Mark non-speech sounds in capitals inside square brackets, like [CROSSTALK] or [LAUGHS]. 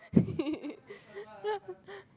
[LAUGHS]